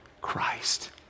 Christ